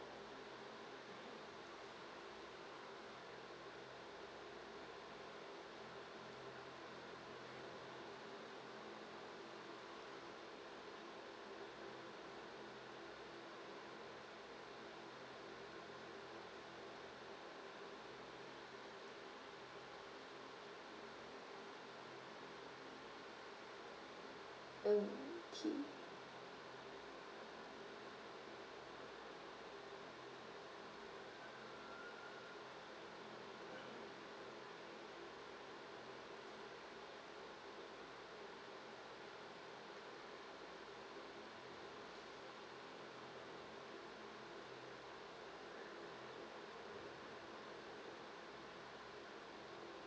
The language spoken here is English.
okay